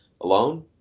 alone